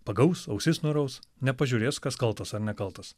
pagaus ausis nuraus nepažiūrės kas kaltas ar nekaltas